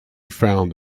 found